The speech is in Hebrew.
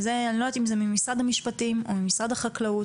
אני לא יודעת אם זה משרד המשפטים או משרד החקלאות,